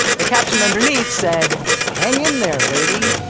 the caption underneath said, hang in there, baby.